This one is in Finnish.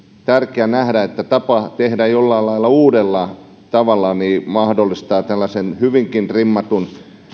tärkeä nähdä että tapa tehdä jollain lailla uudella tavalla mahdollistaa tällaisen hyvinkin trimmatun